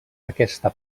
aquesta